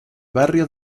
barrio